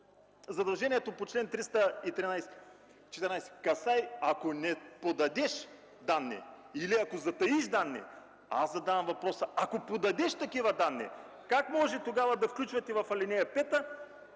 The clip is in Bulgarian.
задължението по чл. 313-314 касае случаи, ако не подадеш данни или ако затаиш данни. А аз задавам въпрос: ако подадеш такива данни? Как може тогава да включвате в ал. 5